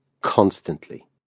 constantly